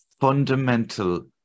fundamental